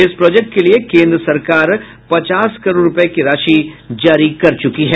इस प्रोजेक्ट के लिये केंद्र सरकार पचास करोड़ रूपये की राशि जारी कर चुकी है